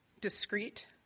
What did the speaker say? discreet